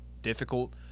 difficult